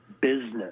business